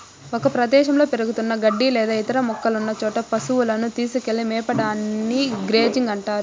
ఒక ప్రదేశంలో పెరుగుతున్న గడ్డి లేదా ఇతర మొక్కలున్న చోట పసువులను తీసుకెళ్ళి మేపడాన్ని గ్రేజింగ్ అంటారు